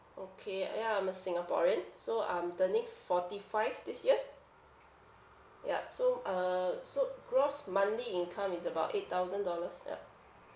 okay ah ya I'm a singaporean so I'm turning forty five this year yup so uh so gross monthly income is about eight thousand dollars ya